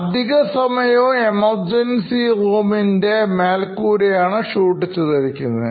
അധികസമയവും emergency room ൻറെ മേൽക്കൂരയാണ് shoot ചെയ്തിരിക്കുന്നത്